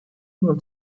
able